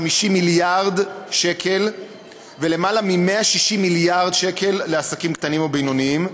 מיליארד שקל ויותר מ-160 מיליארד שקל לעסקים קטנים ובינוניים.